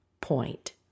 point